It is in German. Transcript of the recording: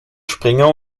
springer